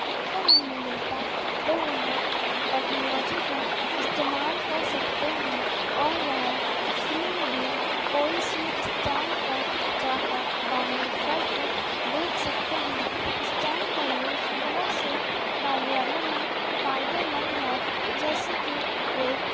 اتر نہیں ملتا تو وہ ٹکنالوجی کا استعمال کرسکتے ہیں اور وہ فلم بھی کوئی سی اسٹیم پر جا کر ڈاؤنلوڈ کر کر دیکھ سکتے ہیں اسٹیم کا یوز بہت سے کاریالیوں میں فائدہ مند ہے جیسے کہ ایک